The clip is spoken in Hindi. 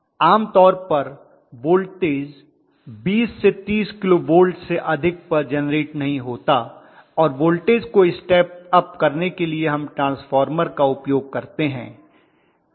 आम तौर पर वोल्टेज 20 से 30 किलो वोल्ट से अधिक पर जेनरेट नहीं होता और वोल्टेज को स्टेप अप करने के लिए हम एक ट्रांसफार्मर का उपयोग करते हैं